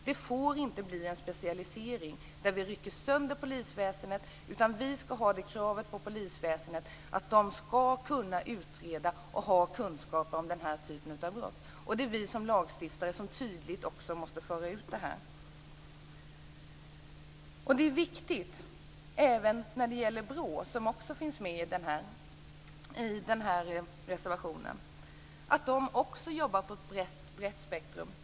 Det får inte bli en specialisering, där vi rycker sönder polisväsendet. Vi skall ha det kravet på polisväsendet att man skall kunna utreda och ha kunskaper om den här typen av brott. Det är vi som lagstiftare som tydligt måste föra ut också detta. Det är även viktigt att BRÅ, som också finns med i den här reservationen, jobbar i ett brett spektrum.